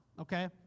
okay